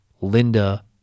Linda